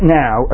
now